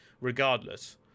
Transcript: regardless